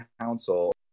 council